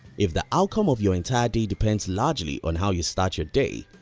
if the outcome of your entire day depends largely on how you start your day,